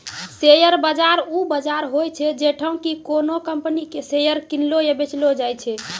share बाजार उ बजार होय छै जैठां कि कोनो कंपनी के शेयर किनलो या बेचलो जाय छै